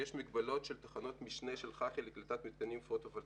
יש מגבלות של תחנות משנה של חח"י לקליטת מתקנים פוטו-וולטאים.